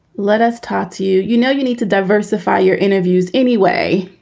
let us talk to you. you know, you need to diversify your interviews anyway.